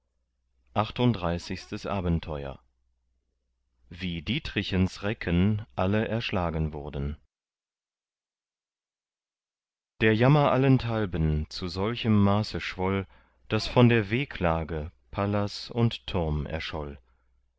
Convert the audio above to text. achtunddreißigstes abenteuer wie dietrichens recken alle erschlagen wurden der jammer allenthalben zu solchem maße schwoll daß von der wehklage palas und turm erscholl